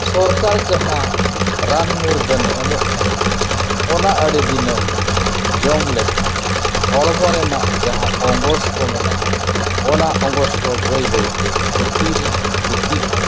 ᱥᱚᱨᱠᱟᱨ ᱡᱟᱦᱟᱸ ᱨᱟᱱ ᱢᱩᱨᱜᱟᱹᱱᱮ ᱮᱢᱚᱜ ᱠᱟᱱᱟ ᱚᱱᱟ ᱟᱹᱰᱤ ᱫᱤᱱᱮᱢ ᱡᱚᱢ ᱞᱮᱠᱷᱟᱱ ᱦᱚᱲᱢᱚ ᱨᱮᱱᱟᱜ ᱡᱟᱦᱟᱸ ᱚᱸᱜᱚᱥ ᱠᱚ ᱢᱮᱱᱟᱜᱼᱟ ᱚᱱᱟ ᱚᱸᱜᱚᱥ ᱠᱚ ᱵᱟᱹᱭ ᱵᱟᱹᱭᱛᱮ ᱠᱷᱚᱛᱤ ᱨᱮ ᱠᱷᱚᱛᱤᱜᱼᱟ